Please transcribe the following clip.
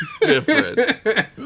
Different